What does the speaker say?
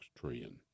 trillion